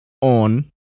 on